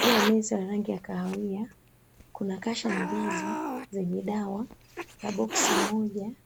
Ju ya meza ya rangi ya kahawia kuna kasha mbili zenye dawa na box moja